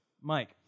Mike